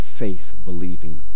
faith-believing